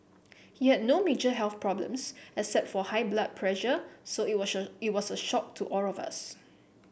he had no major health problems except for high blood pressure so it it was a shock to all of us